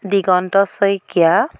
Diganta Saikia